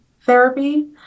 therapy